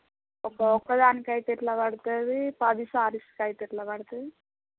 ఒక్క ఒక్కదానికైతే ఎలా పడుతుంది పది శారీస్కైతే ఎలా పడుతుంది